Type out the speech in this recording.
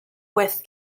with